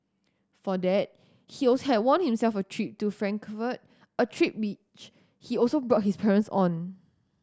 for that he also had won himself a trip to Frankfurt a trip which he also brought his parents on